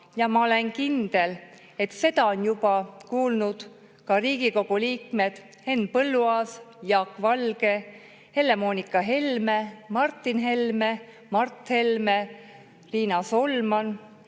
ja ma olen kindel, et seda on juba kuulnud ka Riigikogu liikmed Henn Põlluaas, Jaak Valge, Helle-Moonika Helme, Martin Helme, Mart Helme, Riina Solman,